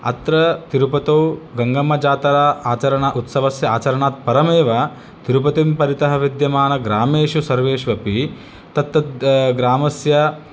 अत्र तिरुपतौ गङ्गम्मजात्रा आचरण उत्सवस्य आचरणात् परमेव तिरुपतिं परितः विद्यमानग्रामेषु सर्वेष्वपि तत्तद् ग्रामस्य